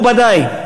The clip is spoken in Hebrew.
מכובדי,